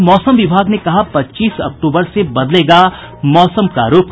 और मौसम विभाग ने कहा पच्चीस अक्तूबर से बदलेगा मौसम का रूख